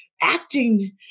Acting